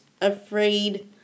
afraid